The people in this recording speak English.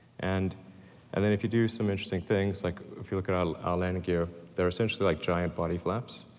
and and then if you do some interesting things, like if you look at our landing gear, they're essentially like giant body flaps.